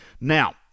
Now